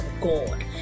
God